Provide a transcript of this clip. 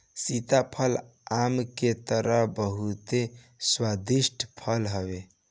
सीताफल आम के तरह बहुते स्वादिष्ट फल हवे